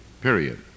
period